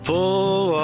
Full